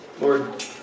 Lord